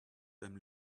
them